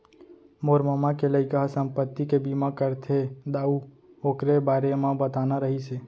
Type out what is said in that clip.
मोर ममा के लइका ह संपत्ति के बीमा करथे दाऊ,, ओकरे बारे म बताना रहिस हे